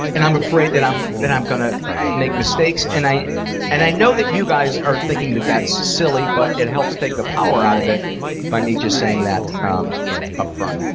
and i'm afraid that i'm that i'm gonna make mistakes. and i and i know that you guys are thinking that that's silly, but it helps take the power out of it by me just saying that up front.